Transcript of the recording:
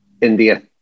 India